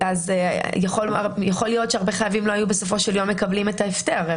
יכול להיות שהרבה חייבים בסופו של יום מקבלים את ההפטר.